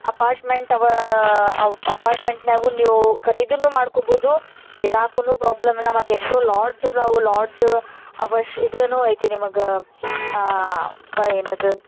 apartment ಅವಾ ಅವ ಅಪಾರ್ಟ್ಮೆಂಟ್ನ್ಯಾಗು ನೀವು ಖರೀದಿನೂ ಮಾಡ್ಕೊಬೌದು ಇರಾಕುನು ಪ್ರಾಬ್ಲಮ್ ಇಲ್ಲ ಮತ್ತು ಎಷ್ಟೋ ಲಾಡ್ಜ್ ಅದಾವು ಲಾಡ್ಜ್ ಅವಶ್ಯ ಇದು ಐತಿ ನಿಮಗೆ ಏನಪ್ಪ ಅದು